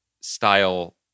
style